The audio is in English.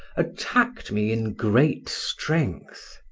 attacked me in great strength.